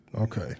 Okay